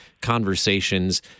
conversations